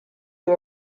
who